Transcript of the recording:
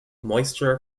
moisture